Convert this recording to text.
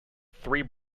three